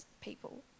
people